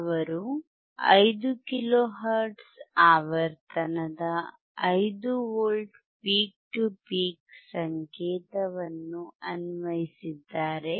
ಅವರು 5 ಕಿಲೋಹೆರ್ಟ್ಜ್ ಆವರ್ತನದ 5V peak to peak ಸಂಕೇತವನ್ನು ಅನ್ವಯಿಸಿದ್ದಾರೆ